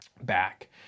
back